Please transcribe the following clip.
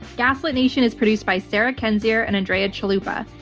gaslit nation is produced by sarah kendzior and andrea chalupa.